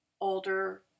older